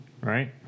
Right